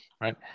right